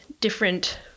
different